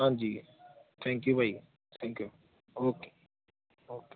ਹਾਂਜੀ thank you ਭਾਅ ਜੀ ਥੈਂਕ ਯੂ ਓਕੇ ਓਕੇ